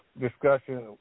discussion